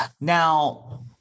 Now